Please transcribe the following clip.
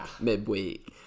midweek